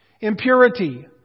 impurity